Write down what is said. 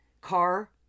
car